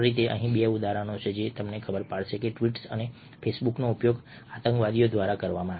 અહીં 2 ઉદાહરણો છે અને તમને ખબર પડશે કે ટ્વીટ અને ફેસબુકનો ઉપયોગ આતંકવાદીઓ દ્વારા કરવામાં આવે છે